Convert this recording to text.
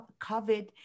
COVID